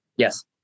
Yes